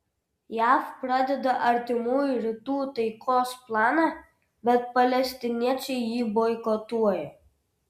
jav pradeda artimųjų rytų taikos planą bet palestiniečiai jį boikotuoja